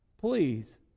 Please